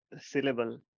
syllable